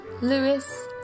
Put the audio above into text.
Lewis